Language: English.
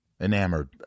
enamored